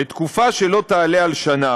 לתקופה שלא תעלה על שנה,